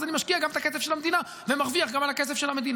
אז אני משקיע גם את הכסף של המדינה ומרוויח גם על הכסף של המדינה.